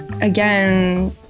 again